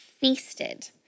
feasted